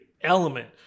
element